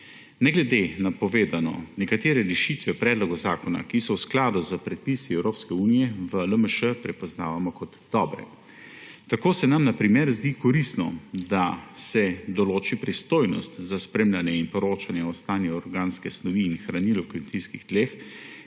Ne glede na povedano nekatere rešitve v predlogu zakona, ki so v skladu s predpisi Evropske unije, v LMŠ prepoznavamo kot dobre. Tako se nam na primer zdi koristno, da se določi pristojnost za spremljanje in poročanje o stanju organske snovi in hranil v kmetijskih tleh,